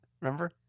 remember